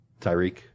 Tyreek